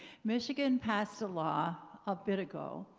michigan passed a law, a bit ago,